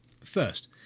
first